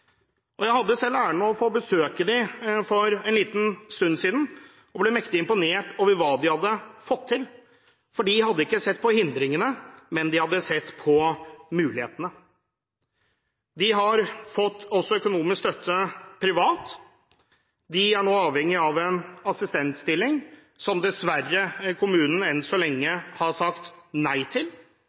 Jeg hadde selv æren av å få besøke dem for en liten stund siden og ble mektig imponert over hva de hadde fått til. De hadde ikke sett på hindringene, men de hadde sett på mulighetene. De har også fått økonomisk støtte privat. De er nå avhengig av en assistentstilling, som kommunen dessverre enn så lenge har sagt nei til,